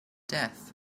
death